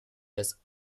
des